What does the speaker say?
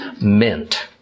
meant